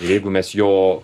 jeigu mes jo